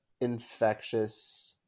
infectious